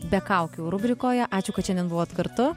be kaukių rubrikoje ačiū kad šiandien buvot kartu